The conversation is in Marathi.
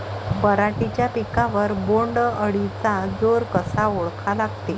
पराटीच्या पिकावर बोण्ड अळीचा जोर कसा ओळखा लागते?